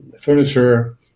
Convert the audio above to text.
furniture